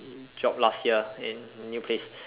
job last year in new place